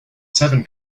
seven